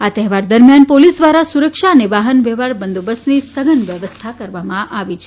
આ તહેવાર દરમિયાન પોલીસ દ્વારા સુરક્ષા અને વાહન વ્યવહાર બંદોબસ્તની સધન વ્યવસ્થા કરવામાં આવી છે